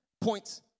points